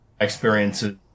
experiences